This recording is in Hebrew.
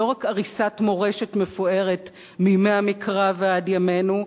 לא רק עריסת מורשת מפוארת מימי המקרא עד ימינו,